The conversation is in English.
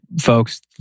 folks